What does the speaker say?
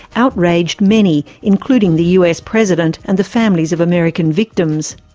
outraged many, including the us president and the families of american victims.